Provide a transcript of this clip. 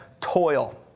toil